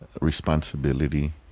responsibility